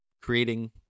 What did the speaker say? Creating